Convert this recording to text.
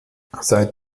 seit